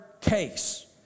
case